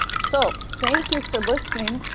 so, thank you for listening.